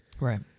Right